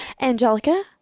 Angelica